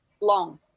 long